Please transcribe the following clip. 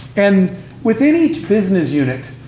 and within each business unit,